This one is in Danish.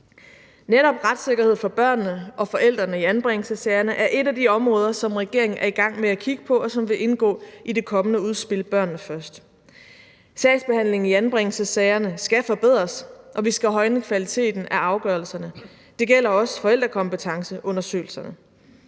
Netop retssikkerhed for børnene og forældrene i anbringelsessagerne er et af de områder, som regeringen er i gang med at kigge på, og som vil indgå i det kommende udspil Børnene først. Sagsbehandlingen i anbringelsessagerne skal forbedres, og vi skal højne kvaliteten af afgørelserne; det gælder også forældrekompetenceundersøgelserne.